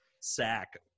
sack